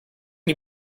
you